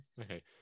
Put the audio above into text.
Okay